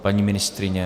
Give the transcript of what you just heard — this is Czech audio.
Paní ministryně?